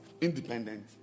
independent